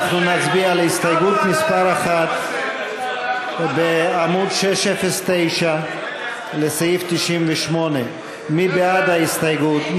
אנחנו נצביע על הסתייגות מס' 1 בעמוד 609 לסעיף 98. מי בעד ההסתייגות?